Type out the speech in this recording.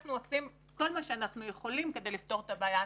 אנחנו עושים כל מה שאנחנו יכולים כדי לפתור את הבעיה.